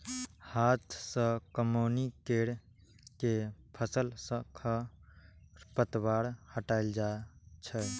हाथ सं कमौनी कैर के फसल सं खरपतवार हटाएल जाए छै